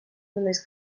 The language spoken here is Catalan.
només